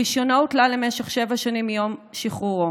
רישיונו הותלה למשך שבע שנים מיום שחרורו.